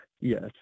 Yes